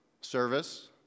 Service